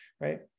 right